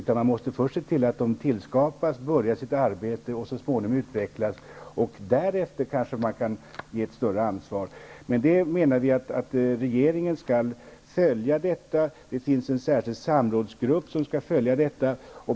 Man måste först se till att de tillskapas och börjar sitt arbete och så småningom utvecklas. Därefter kanske man kan ge ett större ansvar. Vi menar att regeringen skall följa detta. Det finns en särskild samrådsgrupp som skall följa detta.